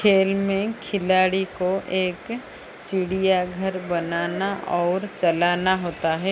खेल में खिलाड़ी को एक चिड़ियाघर बनाना और चलाना होता है